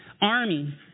army